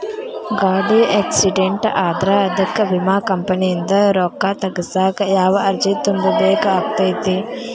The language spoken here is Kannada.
ಗಾಡಿ ಆಕ್ಸಿಡೆಂಟ್ ಆದ್ರ ಅದಕ ವಿಮಾ ಕಂಪನಿಯಿಂದ್ ರೊಕ್ಕಾ ತಗಸಾಕ್ ಯಾವ ಅರ್ಜಿ ತುಂಬೇಕ ಆಗತೈತಿ?